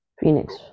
Phoenix